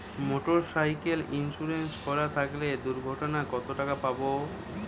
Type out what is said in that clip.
Motorcycle insurance করা থাকলে দুঃঘটনায় কতটাকা পাব?